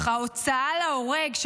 ההוצאה להורג,